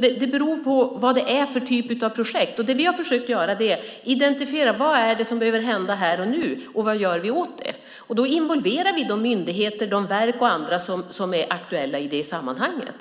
Det beror på vad det är för typ av projekt. Vad vi har försökt att göra är att identifiera vad det är som behöver hända här och nu och vad vi gör åt det. Då involverar vi de myndigheter, verk och andra som är aktuella i sammanhanget.